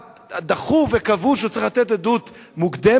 דחו וקבעו שהוא צריך לתת עדות מוקדמת,